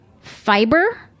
Fiber